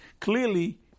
Clearly